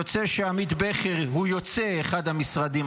יוצא שעמית בכר הוא יוצא אחד המשרדים